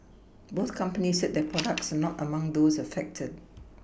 both companies said their products are not among those affected